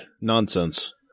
Nonsense